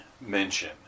mention